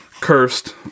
cursed